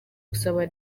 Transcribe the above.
gusaba